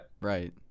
Right